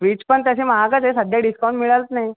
fridge पण तसे महागच आहे सध्या डिस्काउंट मिळत नाही